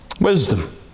wisdom